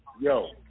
Yo